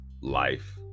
life